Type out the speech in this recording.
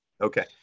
Okay